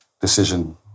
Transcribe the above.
decision